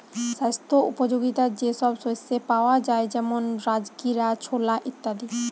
স্বাস্থ্য উপযোগিতা যে সব শস্যে পাওয়া যায় যেমন রাজগীরা, ছোলা ইত্যাদি